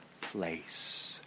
place